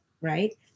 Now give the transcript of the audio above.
right